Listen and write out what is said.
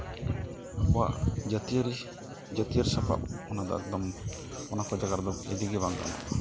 ᱟᱵᱚᱣᱟᱜ ᱡᱟᱹᱛᱤᱭᱟᱨᱤ ᱡᱟᱹᱛᱤᱭᱟᱹᱨ ᱥᱟᱯᱟᱯ ᱚᱱᱟᱫᱚ ᱮᱠᱫᱚᱢ ᱚᱱᱟᱠᱚ ᱡᱟᱭᱜᱟ ᱨᱮᱫᱚ ᱤᱫᱤᱜᱮ ᱵᱟᱝ ᱜᱟᱱᱚᱜᱼᱟ